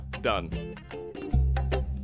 Done